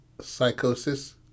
psychosis